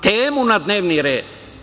Temu na dnevni red.